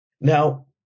Now